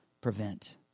prevent